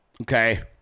Okay